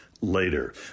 later